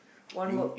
one work